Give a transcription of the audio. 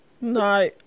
No